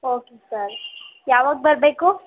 okay sir ಯಾವಾಗ ಬರಬೇಕು